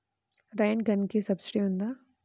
Rain గన్కి subsidy ఉందా?